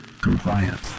compliance